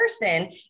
person